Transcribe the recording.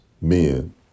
men